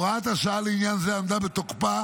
הוראת השעה לעניין זה עמדה בתוקפה